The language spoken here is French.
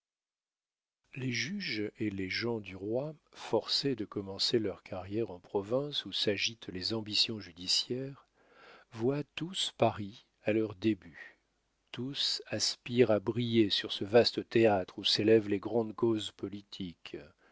les juges et les gens du roi forcés de commencer leur carrière en province où s'agitent les ambitions judiciaires voient tous paris à leur début tous aspirent à briller sur ce vaste théâtre où s'élèvent les grandes causes politiques